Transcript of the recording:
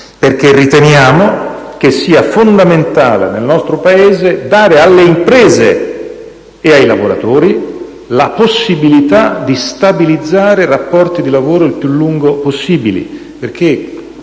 perché riteniamo che sia fondamentale nel nostro Paese dare alle imprese e ai lavoratori la possibilità di stabilizzare rapporti di lavoro il più lungo possibili,